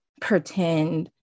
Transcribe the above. pretend